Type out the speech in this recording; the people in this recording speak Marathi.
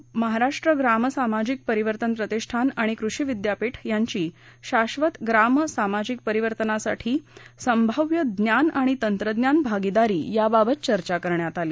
बैठकीत महाराष्ट्र ग्राम सामाजिक परिवर्तन प्रतिष्ठान व कृषि विद्यापीठ यांची शाश्वत ग्राम सामाजिक परिवर्तनासाठी संभाव्य ज्ञान व तंत्रज्ञान भागीदारी याबाबत चर्चा करण्यात आली